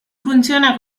funziona